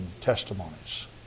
testimonies